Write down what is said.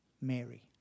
Mary